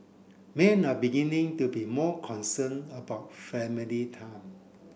men are beginning to be more concerned about family time